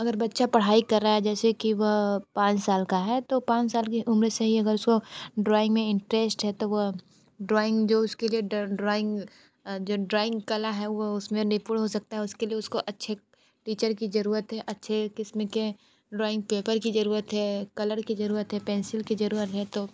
अगर बच्चा पढ़ाई कर रहा है जैसे कि वह पाँच साल का है तो पाँच साल की उम्र से ही अगर उसको ड्रॉइंग में इन्टरेष्ट है तो वह ड्रॉइंग जो उसके लिए ड्रॉइंग जो ड्रॉइंग कला है वह उसमें निपुण हो सकता है उसके लिए उसको अच्छे टीचर की ज़रूरत है अच्छे किस्म के ड्रॉइंग पेपर की ज़रूरत है कलर की ज़रूरत है पेंसिल की ज़रूरत है तो